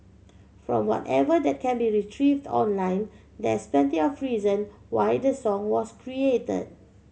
from whatever that can be retrieved online there's plenty of reason why the song was create